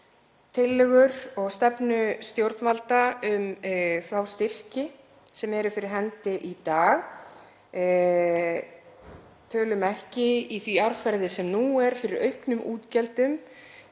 tillögur og stefnu stjórnvalda um þá styrki sem eru fyrir hendi í dag og tölum ekki í því árferði sem nú er fyrir auknum útgjöldum